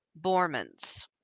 Bormans